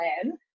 plan